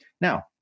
Now